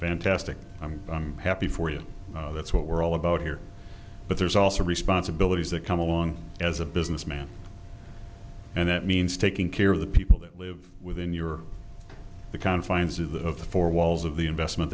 fantastic i'm i'm happy for you that's what we're all about here but there's also responsibilities that come along as a businessman and that means taking care of the people that live within your the confines of the four walls of the investment